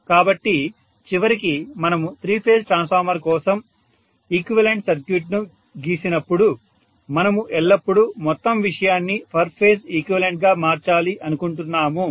కాబట్టి చివరికి మనము త్రీ ఫేజ్ ట్రాన్స్ఫార్మర్ కోసం ఈక్వివలెంట్ సర్క్యూట్ ను గీసినప్పుడు మనము ఎల్లప్పుడూ మొత్తం విషయాన్ని పర్ ఫేజ్ ఈక్వివలెంట్ గా మార్చాలి అనుకుంటున్నాము